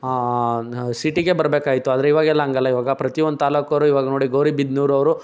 ಸಿಟಿಗೆ ಬರಬೇಕಾಯ್ತು ಆದರೆ ಇವಾಗೆಲ್ಲ ಹಾಗಲ್ಲ ಇವಾಗ ಪ್ರತಿಯೊಂದು ತಾಲ್ಲೂಕವರು ಇವಾಗ ನೋಡಿ ಗೌರಿಬಿದನೂರು ಅವರು